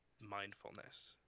mindfulness